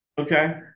Okay